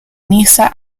niza